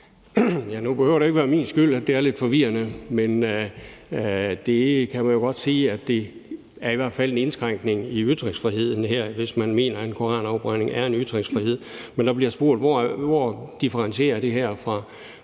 Nu behøver det jo ikke være min skyld, at det er lidt forvirrende. Man kan godt sige, at det i hvert fald er en indskrænkning i ytringsfriheden her, hvis man mener, at en koranafbrænding er en ytring. Der bliver spurgt, hvordan det her